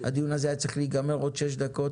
הדיון הזה היה צריך להיגמר עוד שש דקות,